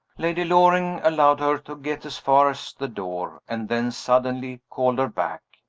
lady loring allowed her to get as far as the door, and then suddenly called her back.